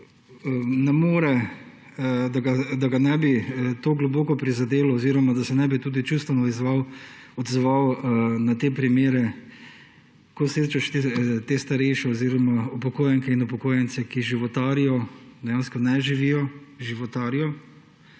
da ga ne bi globoko prizadelo oziroma da se ne bi tudi čustveno odzval na primere, ko srečaš starejše oziroma upokojenke in upokojence, ki životarijo – dejansko ne živijo, životarijo